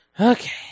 Okay